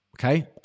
okay